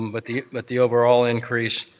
um but the but the overall increase,